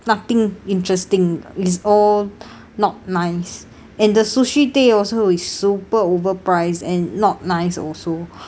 nothing interesting it's all not nice and the sushi tei orh is super overprice and not nice also